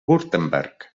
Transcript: württemberg